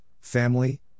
family